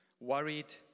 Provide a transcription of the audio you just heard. worried